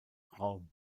raum